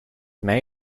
may